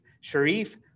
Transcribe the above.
Sharif